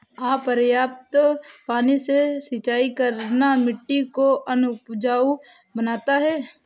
अपर्याप्त पानी से सिंचाई करना मिट्टी को अनउपजाऊ बनाता है